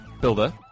builder